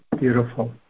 beautiful